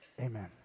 Amen